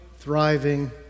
thriving